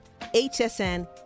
HSN